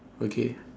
okay